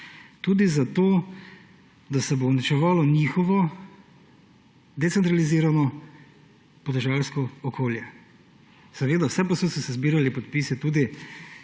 tudi za to, da se bo uničevalo njihovo decentralizirano podeželsko okolje. Seveda vsepovsod so se zbirali podpisi, tudi